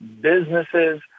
businesses